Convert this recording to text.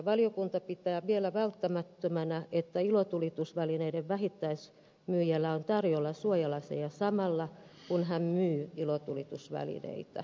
valiokunta pitää vielä välttämättömänä että ilotulitusvälineiden vähittäismyyjällä on tarjolla suojalaseja samalla kun hän myy ilotulitusvälineitä